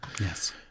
Yes